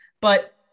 But-